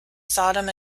sodom